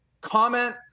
comment